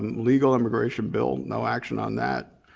legal immigration build, no action on that.